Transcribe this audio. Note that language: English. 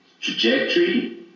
trajectory